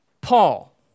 Paul